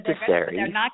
necessary